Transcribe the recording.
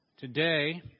Today